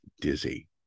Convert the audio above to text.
dizzy